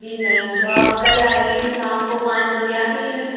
जी ma'am तो आप कल आइए शाम को पाँच बजे आ जाइए मैम